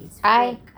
I